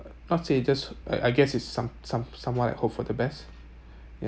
uh not say just I I guess it's some some someone I hope for the best